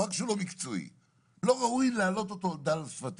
לא ראוי להעלות אותו על דל שפתינו.